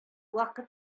вакыт